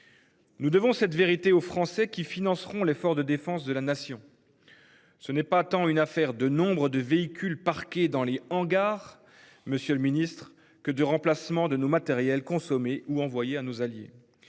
Nous devons cette vérité aux Français qui financeront l'effort de défense de la nation. Ce n'est pas tant une affaire de nombre de véhicules parqués dans les hangars. Monsieur le Ministre, que de remplacement de nos matériels consommer ou envoyer à nos alliés.